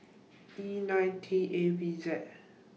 E nine T A V Z